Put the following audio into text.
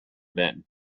ben